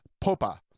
popa